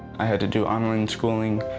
i had to do online schooling.